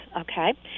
okay